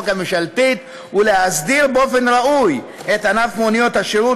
הממשלתית ולהסדיר באופן ראוי את ענף מוניות השירות,